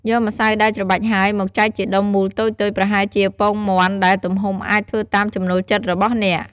យកម្សៅដែលច្របាច់ហើយ មកចែកជាដុំមូលតូចៗប្រហែលជាពងមាន់ ដែលទំហំអាចធ្វើតាមចំណូលចិត្តរបស់អ្នក។